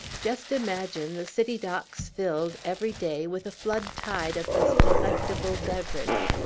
just imagine the city docks filled, every day, with a flood tide of this delectable beverage!